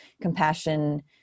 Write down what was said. compassion